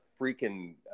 freaking